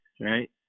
right